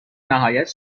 نهایت